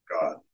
God